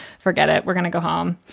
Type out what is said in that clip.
forget it, we're gonna go home.